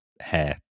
hair